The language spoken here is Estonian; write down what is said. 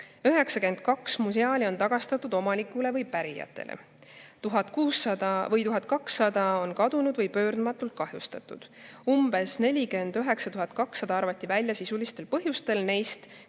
92 museaali on tagastatud omanikele või pärijatele. 1200 on kadunud või pöördumatult kahjustunud. Umbes 49 200 arvati välja sisulistel põhjustel, neist